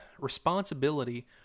responsibility